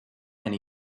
and